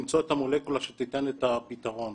למצוא את המולקולה שתיתן את הפתרון.